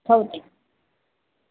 हो ठीक